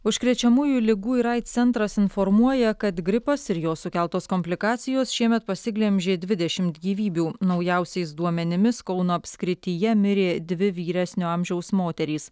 užkrečiamųjų ligų ir aids centras informuoja kad gripas ir jo sukeltos komplikacijos šiemet pasiglemžė dvidešimt gyvybių naujausiais duomenimis kauno apskrityje mirė dvi vyresnio amžiaus moterys